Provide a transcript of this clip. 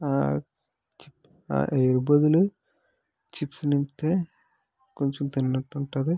air బదులు chips నింపితే కొంచెం తిన్నట్టు ఉంటుంది